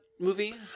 movie